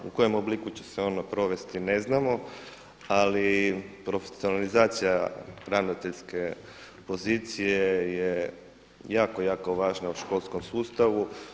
U kojem obliku će se ono provesti ne znamo, ali profesionalizacija ravnateljske pozicije je jako, jako važna u školskom sustavu.